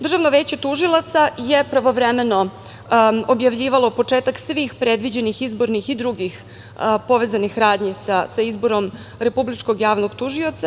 Državno veće tužilaca je pravovremeno objavljivalo početak svih predviđenih izbornih i drugih povezanih radnji sa izborom Republičkog javnog tužioca.